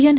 N